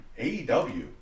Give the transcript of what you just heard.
AEW